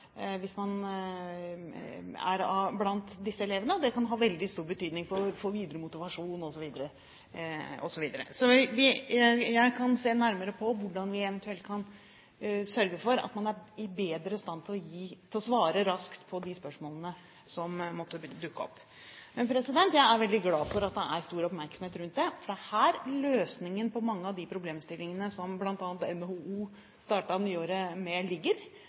Det kan ha veldig stor betydning for videre motivasjon osv. Så jeg kan se nærmere på hvordan vi eventuelt kan sørge for at man er bedre i stand til å svare raskt på de spørsmålene som måtte dukke opp. Jeg er veldig glad for at det er stor oppmerksomhet rundt det, for det er her løsningen på mange av de problemstillingene som bl.a. NHO startet nyåret med, ligger.